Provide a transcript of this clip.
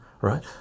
right